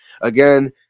Again